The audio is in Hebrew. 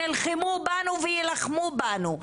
נלחמו בנו וילחמו בנו,